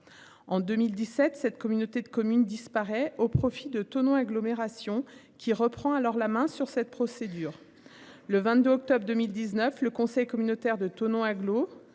en 2017, cette communauté de communes disparaît au profit de Thonon. Qui reprend alors la main sur cette procédure le 22 octobre 2019, le conseil communautaire de Thonon agglo